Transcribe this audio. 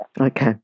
Okay